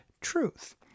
truth